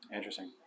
Interesting